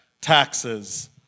taxes